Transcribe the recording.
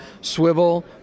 Swivel